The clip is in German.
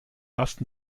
ersten